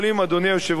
אדוני היושב-ראש,